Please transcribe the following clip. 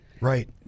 Right